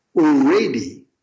already